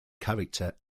character